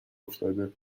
افتاده